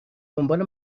دنبال